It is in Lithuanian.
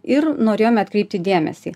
ir norėjome atkreipti dėmesį